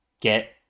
get